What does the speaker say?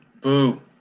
Boo